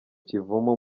kivumu